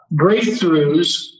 breakthroughs